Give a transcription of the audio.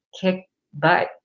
kick-butt